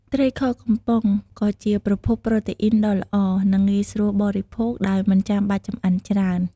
ត្រីខកំប៉ុង ក៏ជាប្រភពប្រូតេអ៊ីនដ៏ល្អ និងងាយស្រួលបរិភោគដោយមិនបាច់ចម្អិនច្រើន។